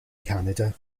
canada